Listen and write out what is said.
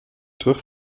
terug